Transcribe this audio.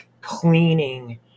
cleaning